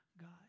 God